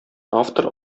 автор